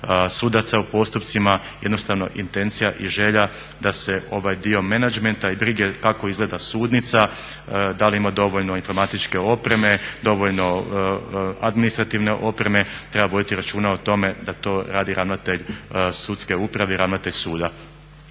sudaca u postupcima. Jednostavno intencija i želja da se ovaj dio menadžmenta i brige kako izgleda sudnica, da li ima dovoljno informatičke opreme, dovoljno administrativne opreme. Treba voditi računa o tome da to radi ravnatelj sudske uprave i ravnatelj suda.